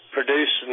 produce